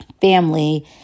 family